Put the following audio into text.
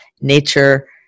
nature